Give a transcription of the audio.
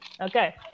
Okay